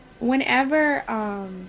whenever